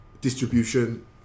Distribution